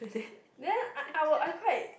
then I were I quite